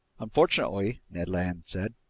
unfortunately, ned land said,